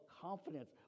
confidence